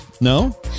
no